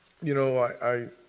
you know, i